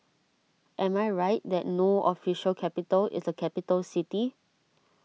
am I right that No Official Capital is a capital city